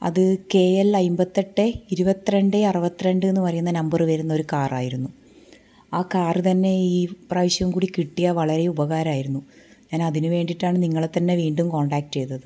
അത് K L അൻപത്തിയെട്ട് ഇരുപത്തിരണ്ട് അറുപത്തിരണ്ട് പറയുന്ന നമ്പർ വരുന്നൊരു കാറായിരുന്നു ആ കാറുതന്നെ ഈ പ്രാവശ്യവും കൂടി കിട്ടിയാൽ വളരെ ഉപകാരമായിരുന്നു ഞാനതിന് വേണ്ടിയിട്ടാണ് നിങ്ങളെത്തന്നെ വീണ്ടും കോൺടാക്റ്റ് ചെയ്തത്